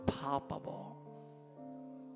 palpable